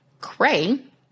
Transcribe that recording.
cray